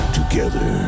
together